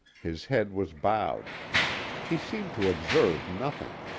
his head was bowed he seemed to observe nothing.